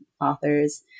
authors